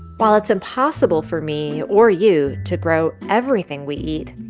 while it's impossible for me or you to grow everything we eat,